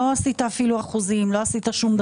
לא עשית אפילו אחוזים, לא עשית שום דבר.